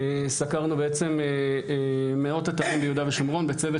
סקרנו מאות אתרים ביהודה ושומרון בצוות